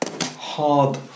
hard